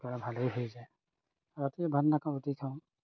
ভালেই হৈ যায় ৰাতি ভাত নাখাওঁ ৰুটি খাওঁ